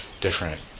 different